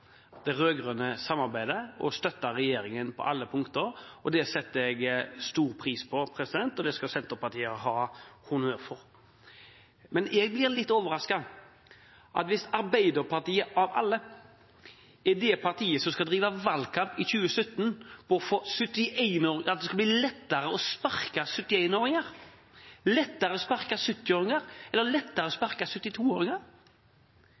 det rød-grønne samarbeidet og støtter regjeringen på alle punkter. Det setter jeg stor pris på, og det skal Senterpartiet ha honnør for. Men jeg blir litt overrasket hvis Arbeiderpartiet – av alle – er det partiet som skal drive valgkamp i 2017 for at det skal bli lettere å sparke 71-åringer, 70-åringer eller